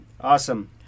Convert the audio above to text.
Awesome